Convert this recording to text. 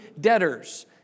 debtors